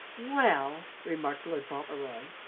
well, remarked lord fauntleroy,